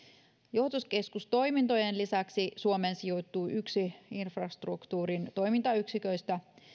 johtokeskustoimintojen lisäksi suomeen sijoittuu yksi infrastruktuurin toimintayksiköistä